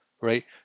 right